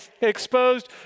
exposed